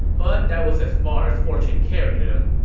but that was as far as fortune carried him.